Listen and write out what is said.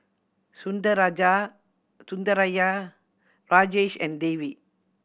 Sundaraiah Rajesh and Devi